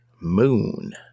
Moon